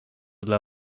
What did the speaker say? dla